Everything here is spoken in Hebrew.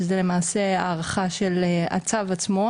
שזה למעשה הארכת הצו עצמו.